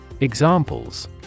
Examples